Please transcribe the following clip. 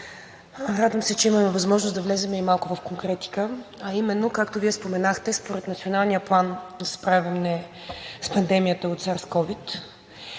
радвам се, че имаме възможност да влезем и малко в конкретика, а именно, както Вие споменахте, според Националния план за справяне с пандемията от SARS-CoV-2